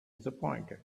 disappointed